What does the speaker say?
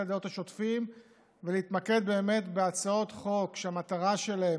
הדעות השוטפים ולהתמקד בהצעות חוק שהמטרה שלהן